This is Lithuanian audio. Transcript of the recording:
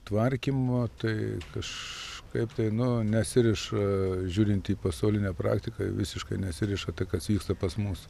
tvarkymo tai kažkaip tai nu nesiriša žiūrint į pasaulinę praktiką visiškai nesiriša tai kas vyksta pas mus